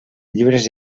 llibres